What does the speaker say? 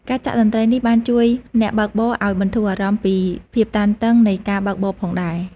ការចាក់តន្ត្រីនេះបានជួយអ្នកបើកបរឱ្យបន្ធូរអារម្មណ៍ពីភាពតានតឹងនៃការបើកបរផងដែរ។